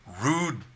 rude